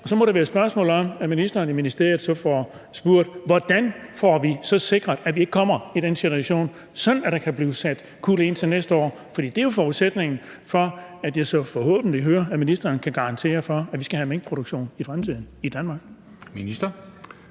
så må det være et spørgsmål om, at ministeren så i ministeriet får spurgt: Hvordan får vi så sikret, at vi ikke kommer i den situation, sådan at der kan blive sat kuld ind til næste år? For det er jo forudsætningen for, at jeg så forhåbentlig hører, at ministeren kan garantere for, at vi skal have minkproduktion i Danmark i